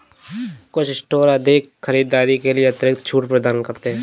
कुछ स्टोर अधिक खरीदारी के लिए अतिरिक्त छूट प्रदान करते हैं